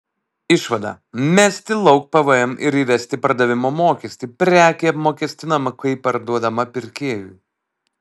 išvada mesti lauk pvm ir įvesti pardavimo mokestį prekė apmokestinama kai parduodama pirkėjui